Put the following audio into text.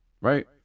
right